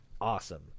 awesome